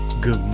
Good